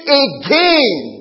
again